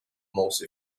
most